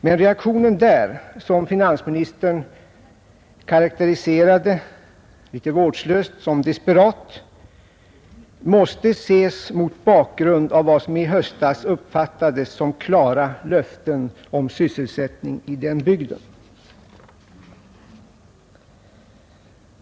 Men reaktionen där, som finansministern karakteriserade som desperat, måste ses mot bakgrunden av vad som i höstas uppfattades som klara löften om sysselsättning i den bygden.